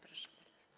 Proszę bardzo.